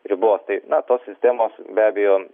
ribos tai na tos sistemos be abejo